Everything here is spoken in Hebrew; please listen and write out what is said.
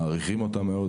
מעריכים אותם מאוד.